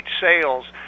sales